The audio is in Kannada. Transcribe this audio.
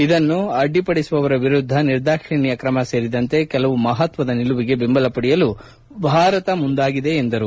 ಇದನ್ನು ಅಡ್ಡಿಪಡಿಸುವವರ ವಿರುದ್ಧ ನಿರ್ದಾಕ್ಷಿಣ್ಣ ಕ್ರಮ ಸೇರಿದಂತೆ ಕೆಲವು ಮಹತ್ವದ ನಿಲುವಿಗೆ ಬೆಂಬಲ ಪಡೆಯಲು ಭಾರತ ಮುಂದಾಗಿದೆ ಎಂದು ಅವರು ಹೇಳದರು